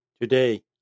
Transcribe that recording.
Today